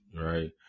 right